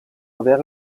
avere